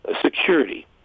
security